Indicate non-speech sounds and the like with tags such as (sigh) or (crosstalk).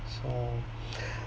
so ah (breath)